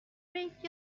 read